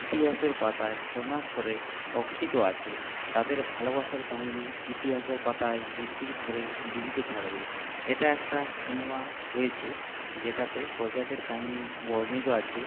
ইতিহাসের পাতায় স্বর্ণাক্ষরে রক্ষিত আছে তাদের ভালোবাসার কাহিনি ইতিহাসের পাতায় যুগ যুগ ধরে জীবিত থাকবে এটা একটা সিনেমা হয়েছে যেটাতে প্রজাদের কাহিনি বর্ণিত আছে